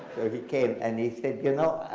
he came and he said, you know